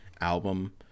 album